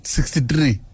Sixty-three